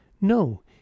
No